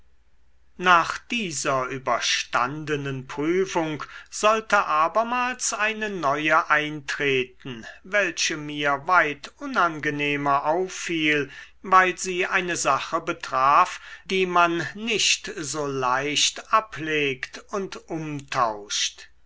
nach dieser überstandenen prüfung sollte abermals eine neue eintreten welche mir weit unangenehmer auffiel weil sie eine sache betraf die man nicht so leicht ablegt und umtauscht